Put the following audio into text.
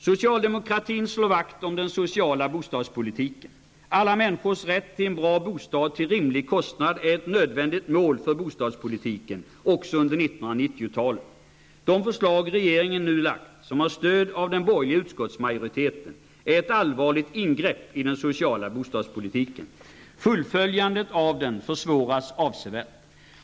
Socialdemokratin slår vakt om den sociala bostadspolitiken. Alla människors rätt till en bra bostad till rimlig kostnad är ett nödvändigt mål för bostadspolitiken också under 1990-talet. De förslag regeringen nu har lagt fram och som har stöd av den borgerliga utskottsmajoriteten, är ett allvarligt ingrepp i den sociala bostadspolitiken. Fullföljandet av den försvåras avsevärt.